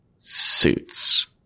suits